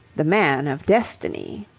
the man of destiny.